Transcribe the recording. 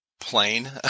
plain